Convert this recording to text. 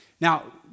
Now